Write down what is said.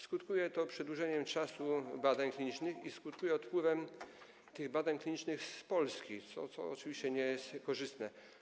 Skutkuje to wydłużeniem czasu badań klinicznych i odpływem tych badań klinicznych z Polski, co oczywiście nie jest korzystne.